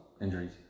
injuries